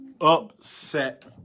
upset